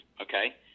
okay